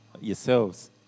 yourselves